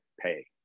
pay